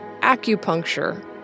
acupuncture